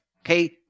okay